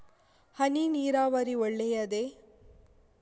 ಹನಿ ನೀರಾವರಿ ಒಳ್ಳೆಯದೇ?